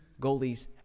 goalies